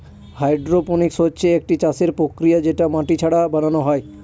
hydroponics হচ্ছে একটি চাষের প্রক্রিয়া যেটা মাটি ছাড়া বানানো হয়